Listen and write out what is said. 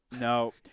No